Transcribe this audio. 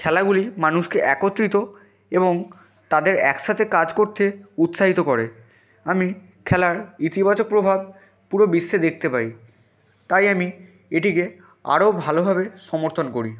খেলাগুলি মানুষকে একত্রিত এবং তাদের একসাথে কাজ করতে উৎসাহিত করে আমি খেলার ইতিবাচক প্রভাব পুরো বিশ্বে দেখতে পাই তাই আমি এটিকে আরও ভালোভাবে সমর্থন করি